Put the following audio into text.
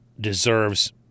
deserves